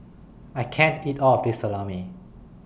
I can't eat All of This Salami